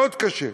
מאוד קשה.